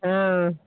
हँ